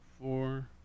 four